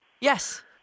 Yes